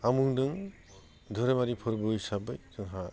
आं बुंदों धोरोमारि फोरबो हिसाबै जोंहा